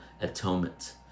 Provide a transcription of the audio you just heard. atonement